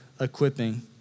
equipping